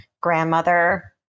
grandmother